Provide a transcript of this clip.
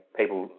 people